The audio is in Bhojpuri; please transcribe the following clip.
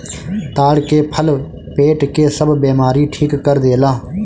ताड़ के फल पेट के सब बेमारी ठीक कर देला